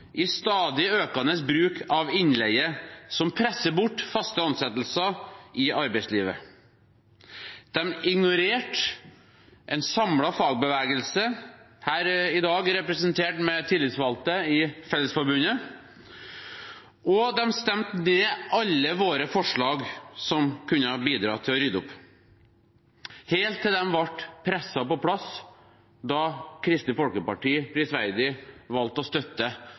i stadig økende bruk av innleie, som presser bort faste ansettelser i arbeidslivet. De ignorerte en samlet fagbevegelse, her i dag representert ved tillitsvalgte i Fellesforbundet, og de stemte ned alle våre forslag som kunne ha bidratt til å rydde opp – helt til de ble presset på plass da Kristelig Folkeparti prisverdig valgte å støtte